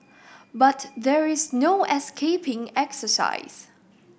but there is no escaping exercise